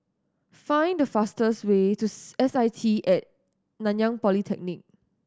find the fastest way to S I T At Nanyang Polytechnic